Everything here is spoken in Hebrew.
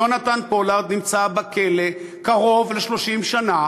יונתן פולארד נמצא בכלא קרוב ל-30 שנה